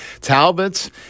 Talbots